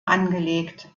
angelegt